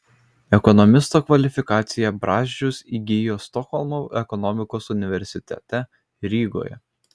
ekonomisto kvalifikaciją brazdžius įgijo stokholmo ekonomikos universitete rygoje